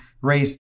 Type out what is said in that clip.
raised